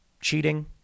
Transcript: Cheating